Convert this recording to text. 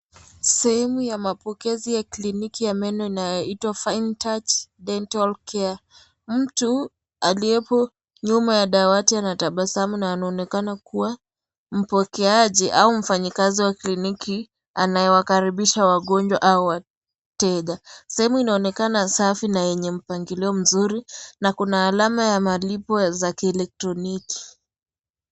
Sehemu ya mapokezi ya kliniki ya meno yanaitwa Fine Touch Dental Care. Mtu, aliyepo nyuma ya dawati anatabasamu na anaonekana kuwa mpokeaji au mfanyikazi wa kliniki anayewakaribisha wagonjwa au wateja. Sehemu inaonekana safi na yenye mpangilio mzuri na kuna alama ya malipo za kielektoniki.